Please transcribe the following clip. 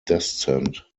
descent